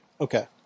Okay